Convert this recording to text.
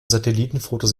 satellitenfotos